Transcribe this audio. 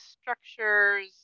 structures